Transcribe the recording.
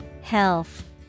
Health